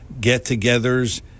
get-togethers